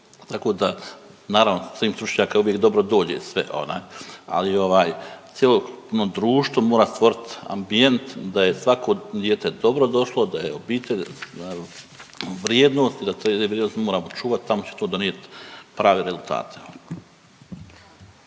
Tako da naravno tim stručnjaka uvijek dobro dođe sve onaj, ali ovaj cjelokupno društvo mora stvorit ambijent da je svako dijete dobro došlo, da je obitelj, vrijednost i da te vrijednosti moramo čuvati, tamo će to donijeti prave rezultate.